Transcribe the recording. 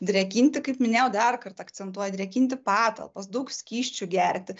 drėkinti kaip minėjau dar kartą akcentuoju drėkinti patalpas daug skysčių gerti